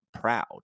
proud